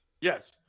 Yes